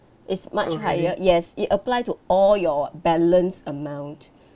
is much higher yes it apply to all your balance amount